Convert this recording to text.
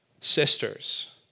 sisters